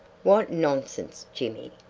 what nonsense, jimmy!